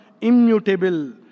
immutable